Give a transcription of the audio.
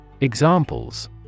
Examples